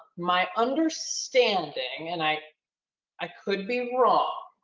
my understanding and i i could be wrong,